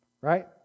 right